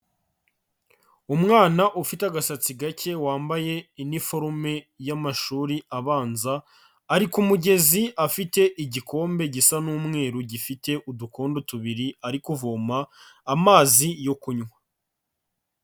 Umwana ufite agasatsi gake wambaye iniforume y'amashuri abanza, ari ku mugezi afite igikombe gisa n'umweru gifite udukondo tubiri ari kuvoma amazi yo kunywa.